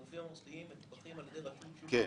הגופים המוסדיים מפוקחים על ידי רשות שוק ההון,